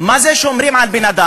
מה זה שומרים על בן-אדם?